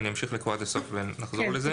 אני אמשיך לקרוא את הסעיף ואחר כך נחזור לזה.